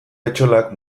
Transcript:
etxolak